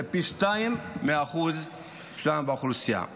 זה פי שניים מהאחוז שלנו באוכלוסייה.